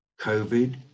COVID